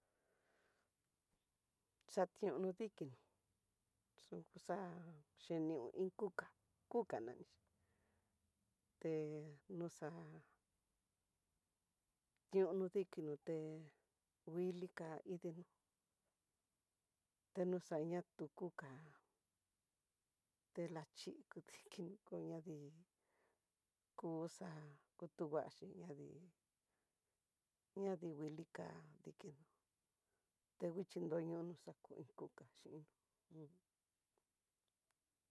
Xationo dikino, yuxa xhino iin kuka, kuka na té noxa tiono dikinó te nguiliká idino teñoxana ku kukano telachi kudikini kuñadii kuxa kutunguaxhi ñadii ñadii nguili ká dikino tenguixhi ndoño noxaku kukaxhi ujun.